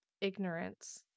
Ignorance